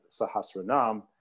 Sahasranam